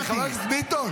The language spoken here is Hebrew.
כל פעם ועדת שרים?